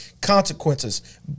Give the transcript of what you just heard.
consequences